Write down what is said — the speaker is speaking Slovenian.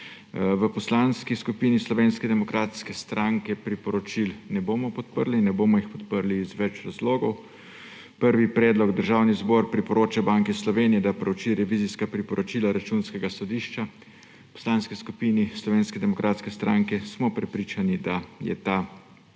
V Poslanski skupini Slovenske demokratske stranke priporočil ne bomo podprli, ne bomo jih podprli iz več razlogov. Prvi predlog je, da Državni zbor priporoča Banki Slovenije, da prouči revizijska priporočila Računskega sodišča. V Poslanski skupini Slovenske demokratske stranke smo prepričani, da je ta